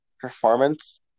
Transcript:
performance